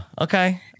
okay